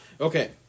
Okay